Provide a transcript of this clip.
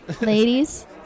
Ladies